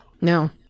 No